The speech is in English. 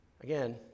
again